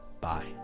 Bye